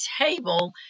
table